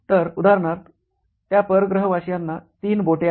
तर उदाहरणार्थ त्या परग्रहवासीयांना तीन बोटे आहेत